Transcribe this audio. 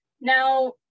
Now